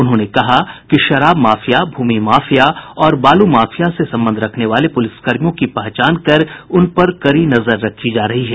उन्होंने कहा कि शराब माफिया भूमि माफिया और बालू माफिया से संबंध रखने वाले प्रलिसकर्मियों की पहचान कर उनपर कड़ी नजर रखी जा रही है